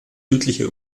südliche